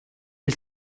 del